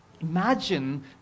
imagine